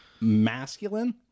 masculine